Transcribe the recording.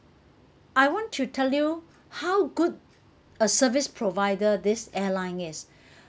I want to tell you how good a service provider this airline is